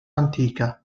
antica